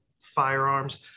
firearms